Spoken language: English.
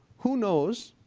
who knows?